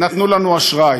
נתנו לנו אשראי.